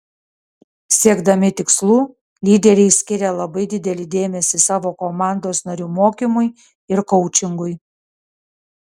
siekdami tikslų lyderiai skiria labai didelį dėmesį savo komandos narių mokymui ir koučingui